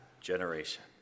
generation